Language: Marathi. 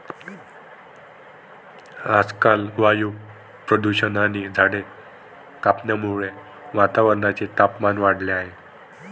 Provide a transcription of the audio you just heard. आजकाल वायू प्रदूषण आणि झाडे कापण्यामुळे पर्यावरणाचे तापमान वाढले आहे